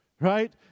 right